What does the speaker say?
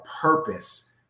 purpose